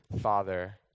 father